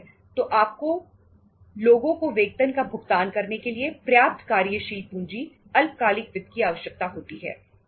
तो आपको लोगों को वेतन का भुगतान करने के लिए पर्याप्त कार्यशील पूंजी अल्पकालिक वित्त की आवश्यकता होती है